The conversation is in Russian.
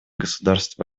государств